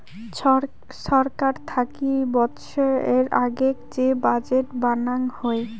ছরকার থাকি বৎসরের আগেক যে বাজেট বানাং হই